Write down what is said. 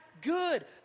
good